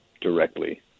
directly